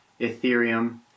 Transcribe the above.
Ethereum